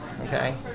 okay